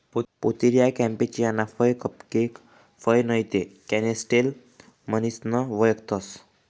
Pouteria campechiana फय cupcake फय नैते कॅनिस्टेल म्हणीसन वयखतंस